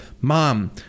Mom